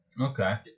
Okay